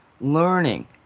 learning